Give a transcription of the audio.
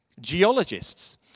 geologists